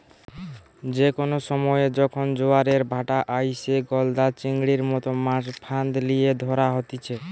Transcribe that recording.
যে কোনো সময়ে যখন জোয়ারের ভাঁটা আইসে, গলদা চিংড়ির মতো মাছ ফাঁদ লিয়ে ধরা হতিছে